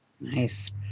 Nice